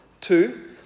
Two